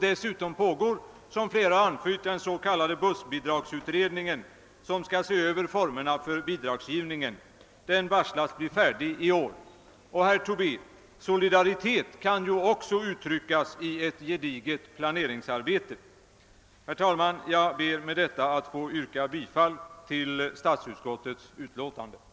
Dessutom pågår, såsom flera talare antytt, den s.k. bussbidragsutredningen som skall se över formerna för bidragsgivningen. Den varslas bli färdig i år. Låt mig, herr Tobé, till slut säga att solidaritet ju också kan uttryckas genom ett gediget planeringsarbete. Herr talman! Jag ber med det anförda att få yrka bifall till statsutskottets hemställan på denna punkt.